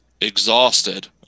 exhausted